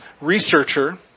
researcher